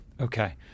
Okay